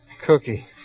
Cookie